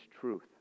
truth